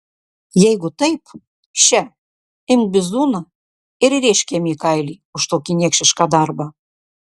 jeigu taip še imk bizūną ir rėžk jam į kailį už tokį niekšišką darbą